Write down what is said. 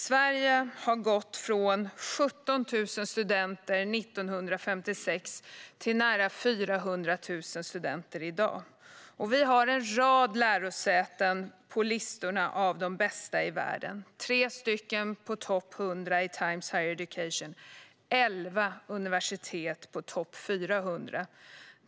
Sverige har gått från 17 000 studenter 1956 till nära 400 000 studenter i dag. Sverige har en rad lärosäten på listorna över de bästa i världen. Tre finns på topp 100 i Times Higher Education, och elva universitet på topp 400.